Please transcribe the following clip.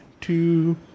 two